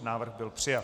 Návrh byl přijat.